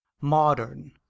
Modern